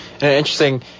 Interesting